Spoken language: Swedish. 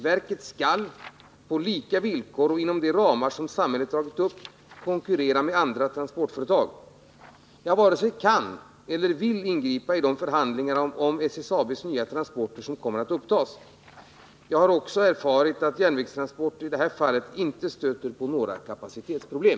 Verket skall, på lika villkor och inom de ramar som samhället dragit upp, konkurrera med andra transportföretag. Jag varken kan eller vill ingripa i de förhandlingar om SSAB:s nya transporter som kommer att upptas. Jag har vidare erfarit att järnvägstransporter i detta fall inte stöter på några kapacitetsproblem.